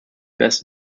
best